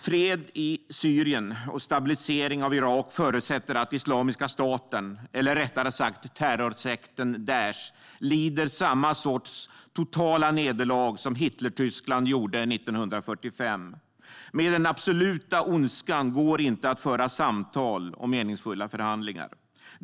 Fred i Syrien och stabilisering av Irak förutsätter att Islamiska staten - eller rättare sagt terrorsekten Daish - lider samma sorts totala nederlag som Hitlertyskland gjorde 1945; med den absoluta ondskan går det inte att föra samtal och meningsfulla förhandlingar.